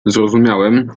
zrozumiałem